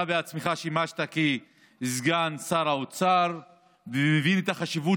גם אתה עצמך שימשת סגן שר האוצר ומבין את החשיבות